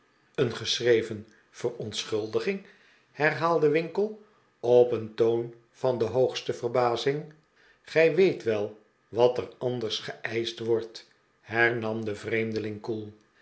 een geschreven verontschuldiging herhaalde winkle op een toon van de hoogste verbazing gij weet wel wat er anders geeischt wordt hernam de vreemdeling koel